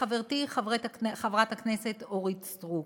לחברתי חברת הכנסת אורית סטרוק,